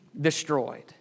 destroyed